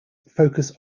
focus